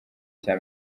cya